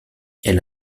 elle